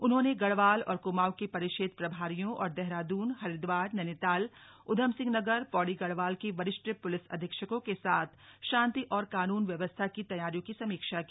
उन्होंने गढ़वाल और क्माऊं के परिक्षेत्र प्रभारियों और देहराद्न हरिद्वार नैनीताल ऊधमसिंहनगर पौड़ी गढ़वाल के वरिष्ठ प्लिस अधीक्षकों के साथ शान्ति और कानून व्यवस्था की तैयारियों की समीक्षा की